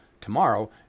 tomorrow